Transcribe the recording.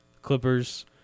Clippers